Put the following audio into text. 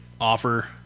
offer